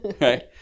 right